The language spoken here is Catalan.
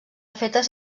fetes